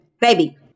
Baby